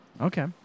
Okay